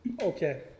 Okay